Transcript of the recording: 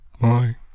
bye